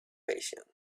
patience